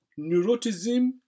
neurotism